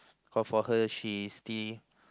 call for her she is still